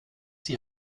die